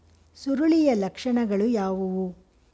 ಸುರುಳಿಯ ಲಕ್ಷಣಗಳು ಯಾವುವು?